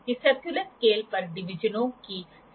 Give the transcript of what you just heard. और फिर यह ब्लेड क्लैम्पिंग डिवाइस है जिसका हम उपयोग करते हैं